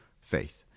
faith